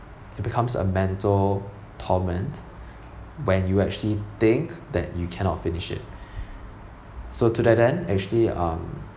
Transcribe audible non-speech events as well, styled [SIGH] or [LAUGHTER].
it becomes a mental torment when you actually think that you cannot finish it [BREATH] so to that end actually um